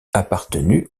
appartenu